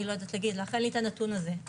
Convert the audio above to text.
אני לא יודעת להגיד לך, אין לי את הנתון הזה.